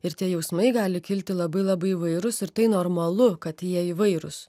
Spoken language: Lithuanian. ir tie jausmai gali kilti labai labai įvairus ir tai normalu kad jie įvairūs